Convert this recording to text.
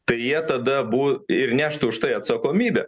tai jie tada abu ir neštų už tai atsakomybę